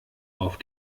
auf